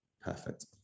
perfect